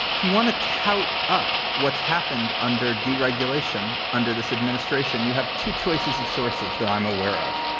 if you want to tout up what's happened under deregulation under this administration, you have two choices of sources that i'm aware of.